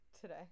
today